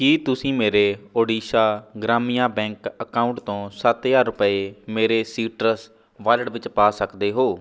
ਕੀ ਤੁਸੀਂ ਮੇਰੇ Odisha Gramya bank account ਤੋਂ ਸੱਤ ਹਜ਼ਾਰ ਰੁਪਏ ਮੇਰੇ ਸੀਟਰਸ ਵਾਲਿਟ ਵਿੱਚ ਪਾ ਸਕਦੇ ਹੋ